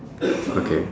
okay